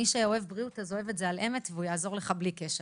מי שאוהב בריאות אוהב את זה באמת ויעזור לך בלי קשר.